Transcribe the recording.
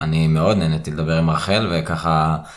אני מאוד נהניתי להתדבר עם רחל, וככה...